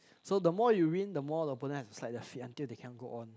so the more you win the more the opponent has to slide their feet until they cannot go on